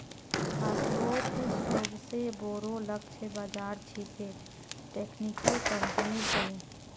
छात्रोंत सोबसे बोरो लक्ष्य बाज़ार छिके टेक्निकल कंपनिर तने